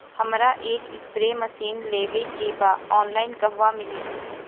हमरा एक spray machine लेवे के बा ऑनलाइन कहवा मिली?